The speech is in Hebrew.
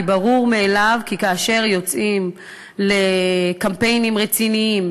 כי ברור מאליו שכאשר יוצאים לקמפיינים רציניים,